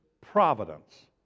providence